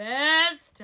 best